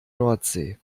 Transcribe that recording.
nordsee